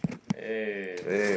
aye